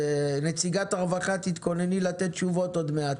נציגת הרווחה, תתכונני לתת תשובות עוד מעט.